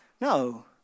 No